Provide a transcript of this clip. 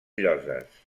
lloses